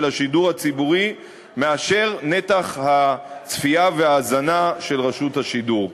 השידור הציבורי מנתח הצפייה וההאזנה של רשות השידור.